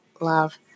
love